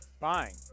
Fine